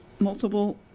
multiple